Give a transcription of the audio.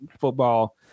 football